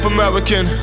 American